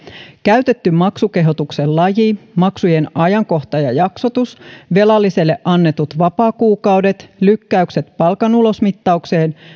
käytetty maksukehotuksen laji maksujen ajankohta ja jaksotus velallisille annetut vapaakuukaudet lykkäykset palkanulosmittaukseen